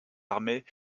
armées